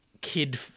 kid